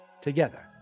together